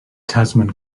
tasman